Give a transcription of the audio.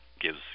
gives